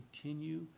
continue